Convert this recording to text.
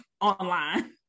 online